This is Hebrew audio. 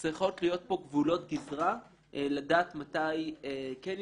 צריכות להיות פה גבולות גזרה לדעת מתי כן ינתן,